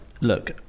look